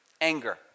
anger